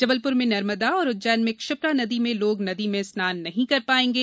जबलपुर में नर्मदा और उज्जैन में क्षिप्रा नदी में लोग नदी में स्नान नहीं कर पाएंगे